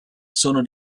sono